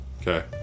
Okay